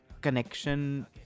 connection